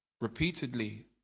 Repeatedly